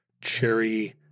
cherry